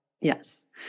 yes